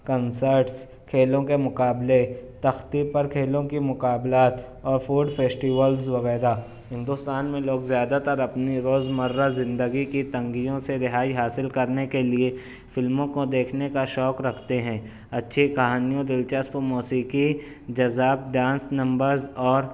concerts کھیلوں کے مقابلے تختے پر کھیلوں کے مقابلات اور فوڈ فیسٹیولز وغیرہ ہندوستان میں لوگ زیادہ تر اپنی روز مرہ زندگی کی تنگیوں سے رہائی حاصل کرنے کے لیے فلموں کو دیکھنے کا شوق رکھتے ہیں اچھی کہانیوں دلچسپ موسیقی جزاب ڈانس نمبرز اور